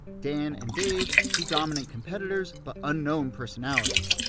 dan and dave, two dominant competitors, but unknown personalities,